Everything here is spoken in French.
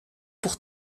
pour